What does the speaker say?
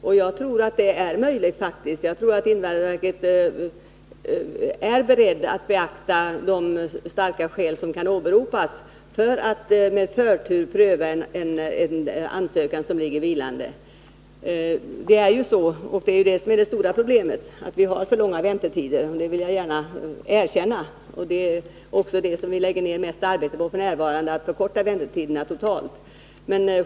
Jag menar faktiskt att det är möjligt att göra så. Jag tror att invandrarverket är berett att beakta starka skäl som kan åberopas för att det med förtur skall pröva en ansökan som ligger vilande. Det stora problemet är att vi har för långa väntetider — jag vill gärna erkänna det. F.n. lägger vi också ner mest arbete på att förkorta väntetiderna totalt.